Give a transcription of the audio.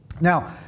Now